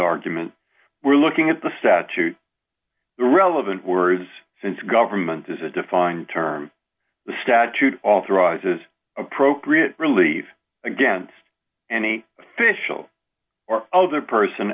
argument we're looking at the statute the relevant words since government is a defined term the statute authorizes appropriate relief against any official or other person